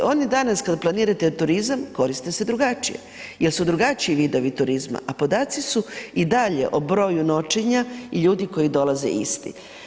Oni danas kada planirate turizam koriste su drugačije jer su drugačiji vidovi turizma, a podaci su i dalje o broju noćenja i ljudi koji dolaze isti.